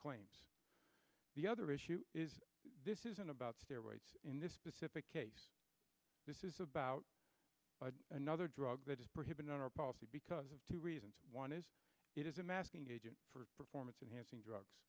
claims the other issue is this isn't about steroids in this specific case this is about another drug that is prohibited on our policy because of two reasons one is it is a masking agent for performance enhancing drugs